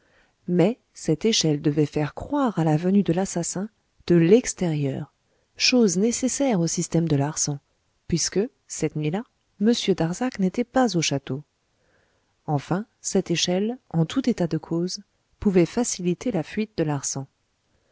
mais cette échelle pouvait faire croire à la venue de l'assassin de l'extérieur chose nécessaire au système de larsan puisque cette nuit-là m darzac n'était pas au château enfin cette échelle en tout état de cause pouvait faciliter la fuite de